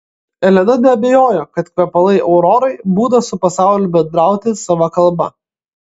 elena neabejojo kad kvepalai aurorai būdas su pasauliu bendrauti sava kalba